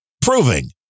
proving